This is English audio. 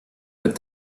but